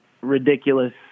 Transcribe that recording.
ridiculous